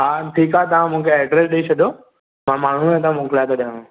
हा ठीकु आहे तव्हां मूंखे एड्रेस ॾेई छॾो मां माण्हू हथां मोकिलाए थो ॾियांव